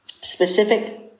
specific